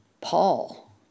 Paul